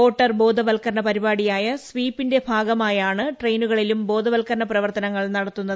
voter ബോധവത്കരണ പരിപാടിയായ സ്വീപിന്റെ ഭാഗ മായാണ് ട്രെയിനുകളിലും ബോധവത്കരണ പ്രവർത്തനങ്ങൾ നടത്തുന്നത്